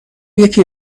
یکی